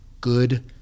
good